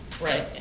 Right